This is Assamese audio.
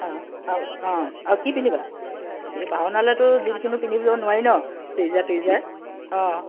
অ' অ' আৰু কি পিন্ধিবা ভাওনালৈতো যিকোনো পিন্ধিব নোৱাৰি ন চুইজাৰ টুইজাৰ অ'